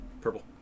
Purple